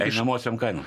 einamosiom kainom